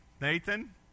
Nathan